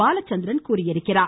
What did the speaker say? பாலச்சந்திரன் தெரிவித்துள்ளார்